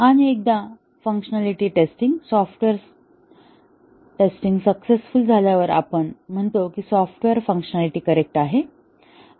आणि एकदा functionality testing software successful झाल्यावर आपण म्हणतो की सॉफ्टवेअर फंक्शनलिट करेक्ट आहे